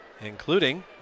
including